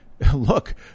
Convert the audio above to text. Look